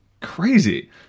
crazy